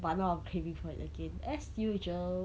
but now I'm craving for it again as usual